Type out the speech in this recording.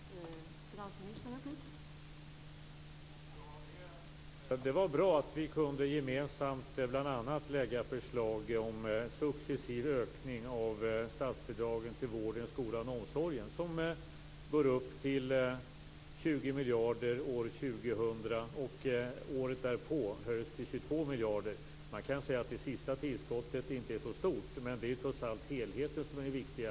Fru talman! Det var bra att vi gemensamt bl.a. kunde lägga fram förslag om successiv ökning av statsbidragen till vården, skolan och omsorgen. De kommer att uppgå till 20 miljarder år 2000 och året därpå höjas till 22 miljarder. Man kan säga att det sista tillskottet inte är så stort, men det är trots allt helheten som är det viktiga.